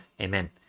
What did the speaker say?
Amen